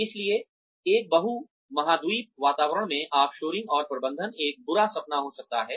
इसलिए एक बहु महाद्वीप वातावरण में ऑफ़शोरिंग और प्रबंधन एक बुरा सपना हो सकता है